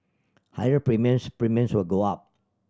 higher premiums Premiums will go up